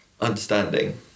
Understanding